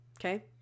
Okay